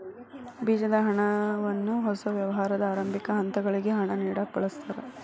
ಬೇಜದ ಹಣವನ್ನ ಹೊಸ ವ್ಯವಹಾರದ ಆರಂಭಿಕ ಹಂತಗಳಿಗೆ ಹಣ ನೇಡಕ ಬಳಸ್ತಾರ